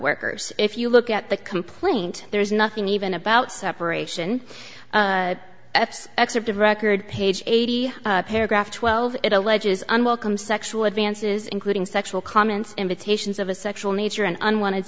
workers if you look at the complaint there is nothing even about separation eps excerpt of record page eighty paragraph twelve it alleges unwelcome sexual advances including sexual comments invitations of a sexual nature an unwanted